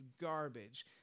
garbage